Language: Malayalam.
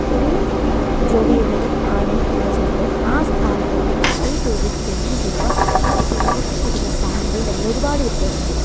ഒരു ജോബ് ചെയ്യുന്ന ഒരു ആണിന് കിട്ടുന്ന ശമ്പളവും ആ സ്ഥാനത്തുതന്നെ അതേ ജോലി ഒരു പെണ്ണ് ചെയ്യുമ്പോൾ ആ പെൺകുട്ടിക്ക് കിട്ടുന്ന സാലറിയും തമ്മിൽ ഒരുപാട് വ്യത്യാസം ഉണ്ട്